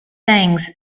things